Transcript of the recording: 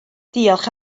diolch